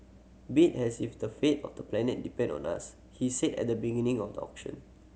bid as if the fate of the planet depended on us he said at the beginning of the auction